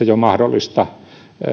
jo nykyjärjestelmässä mahdollista